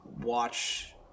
watch